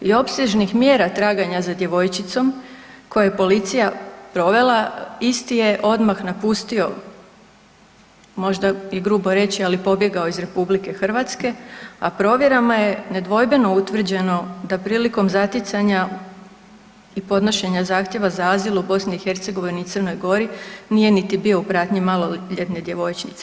i opsežnih mjera traganja za djevojčicom koja je policija provela isti je odmah napustio, možda i grubo reći ali pobjegao iz RH, a provjerama je nedvojbeno utvrđeno da prilikom zaticanja i podnošenja zahtjeva za azil u BiH i Crnoj Gori nije niti bio u pratnji maloljetne djevojčice.